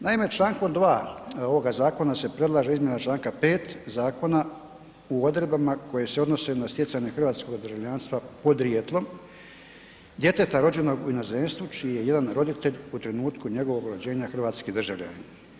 Naime, Člankom 2. ovoga zakona se predlaže izmjena Članka 5. zakona u odredbama koje se odnose na stjecanje hrvatskog državljanstva podrijetlom djeteta rođenog u inozemstvu čiji je jedan roditelj u trenutku njegovog rođenja hrvatski državljanin.